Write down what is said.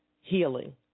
healing